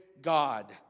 God